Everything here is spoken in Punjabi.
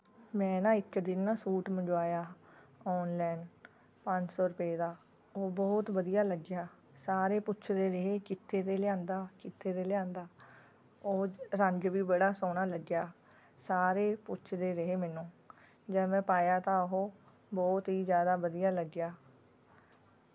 ਮੈਂ ਨਾ ਇੱਕ ਦਿਨ ਨਾ ਸੂਟ ਮੰਗਵਾਇਆ ਔਨਲਾਈਨ ਪੰਜ ਸੌ ਰੁਪਏ ਦਾ ਉਹ ਬਹੁਤ ਵਧੀਆ ਲੱਗਿਆ ਸਾਰੇ ਪੁੱਛਦੇ ਰਹੇ ਕਿੱਥੇ ਤੋਂ ਲਿਆਂਦਾ ਕਿੱਥੇ ਤੋਂ ਲਿਆਂਦਾ ਉਹ ਰੰਗ ਵੀ ਬੜਾ ਸੋਹਣਾ ਲੱਗਿਆ ਸਾਰੇ ਪੁੱਛਦੇ ਰਹੇ ਮੈਨੂੰ ਜਦ ਮੈਂ ਪਾਇਆ ਤਾਂ ਉਹ ਬਹੁਤ ਹੀ ਜ਼ਿਆਦਾ ਵਧੀਆਂ ਲੱਗਿਆ